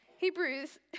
Hebrews